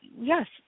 yes